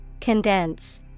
Condense